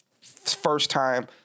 first-time